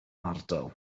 ardal